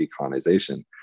decolonization